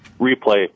replay